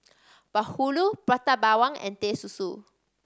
bahulu Prata Bawang and Teh Susu